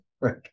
right